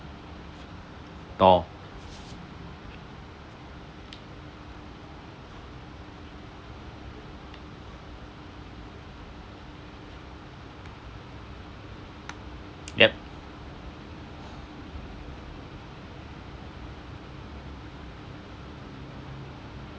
door yup